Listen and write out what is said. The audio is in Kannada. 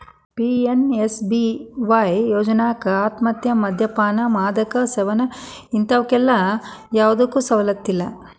ಪಿ.ಎಂ.ಎಸ್.ಬಿ.ವಾಯ್ ಯೋಜ್ನಾಕ ಆತ್ಮಹತ್ಯೆ, ಮದ್ಯಪಾನ, ಮಾದಕ ವ್ಯಸನ ಇಂತವಕ್ಕೆಲ್ಲಾ ಯಾವ್ದು ಸವಲತ್ತಿಲ್ಲ